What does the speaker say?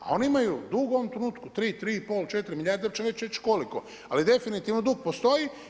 A oni imaju dug u ovom trenutku 3, 3,5, 4 milijarde, uopće neće reći koliko ali definitivno dug postoji.